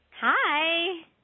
Hi